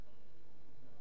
שרים,